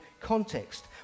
context